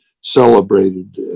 celebrated